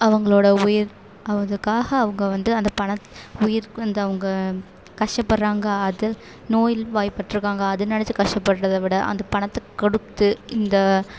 அவங்களோடய உயிர் அக்காங்க அவங்க வந்து அந்த பணத் உயிர்க்கு வந்து அவங்க கஷ்டப்படுறாங்க அது நோய்வாய்ப்பட்டிருக்காங்க அது நினச்சி கஷ்டபடுறத விட அந்த பணத்தை கொடுத்து இந்த